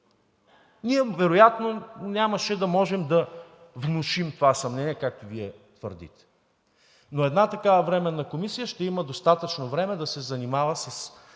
машини, вероятно нямаше да можем да внушим това съмнение, както Вие твърдите. Но една такава временна комисия ще има достатъчно време да се занимава и